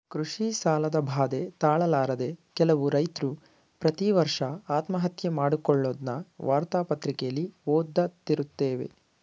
ಕೃಷಿ ಸಾಲದ ಬಾಧೆ ತಾಳಲಾರದೆ ಕೆಲವು ರೈತ್ರು ಪ್ರತಿವರ್ಷ ಆತ್ಮಹತ್ಯೆ ಮಾಡಿಕೊಳ್ಳದ್ನ ವಾರ್ತಾ ಪತ್ರಿಕೆಲಿ ಓದ್ದತಿರುತ್ತೇವೆ